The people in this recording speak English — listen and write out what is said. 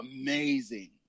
Amazing